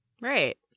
Right